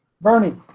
Bernie